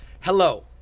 hello